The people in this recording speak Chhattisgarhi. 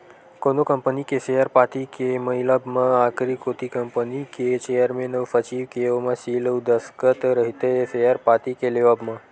कोनो कंपनी के सेयर पाती के मिलब म आखरी कोती कंपनी के चेयरमेन अउ सचिव के ओमा सील अउ दस्कत रहिथे सेयर पाती के लेवब म